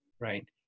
right